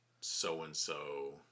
so-and-so